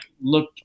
look –